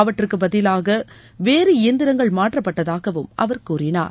அவற்றுக்கு பதிலாக வேறு இயந்திரங்கள் மாற்றப்பட்டதாகவும் அவர் கூறினார்